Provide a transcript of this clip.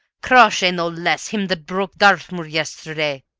crawshay no less him that broke dartmoor yesterday.